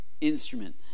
instrument